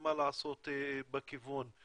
מה לעשות בכיוון.